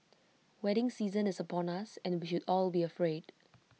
wedding season is upon us and we should all be afraid